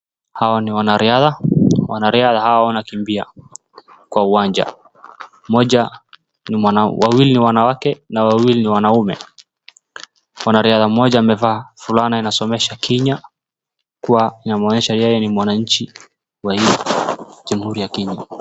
Hawa ni wanariadha wanariadha hawa wanakimbia kwa uwanja. Mmoja ni wawili ni wanawake na wawili ni wanaume. Mwanariadha mmoja amevaa fulana inasomesha kenya kuwa inamuonyesha yeye ni mwananchi.